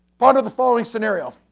part of the following scenario,